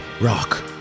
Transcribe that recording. Rock